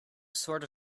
sort